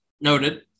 Noted